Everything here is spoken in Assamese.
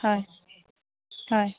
হয় হয়